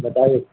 بتاٮٔیے